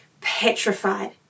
petrified